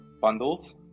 bundles